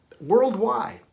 worldwide